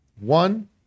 one